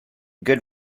good